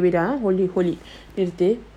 okay okay wait ah நிறுத்து:niruthu